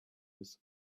his